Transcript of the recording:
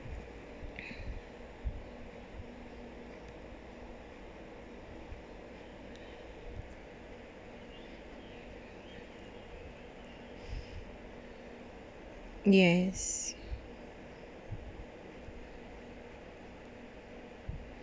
yes